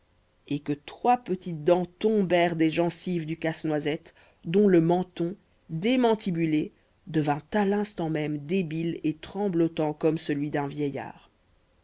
et que trois petites dents tombèrent des gencives du casse-noisette dont le menton démantibulé devint à l'instant même débile et tremblotant comme celui d'un vieillard